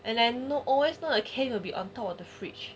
and then no always know the cane will be on top of the fridge